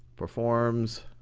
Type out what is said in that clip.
performs